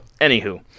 anywho